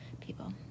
people